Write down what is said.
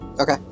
Okay